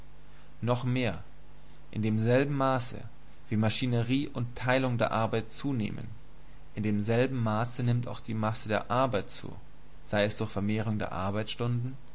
noch mehr in demselben maße wie maschinerie und teilung der arbeit zunehmen indemselben maße nimmt auch die masse der arbeit zu sei es durch vermehrung der arbeitsstunden